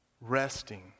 resting